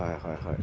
হয় হয় হয়